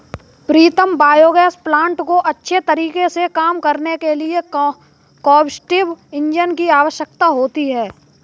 प्रीतम biogas plant को अच्छे तरीके से काम करने के लिए कंबस्टिव इंजन की आवश्यकता होती है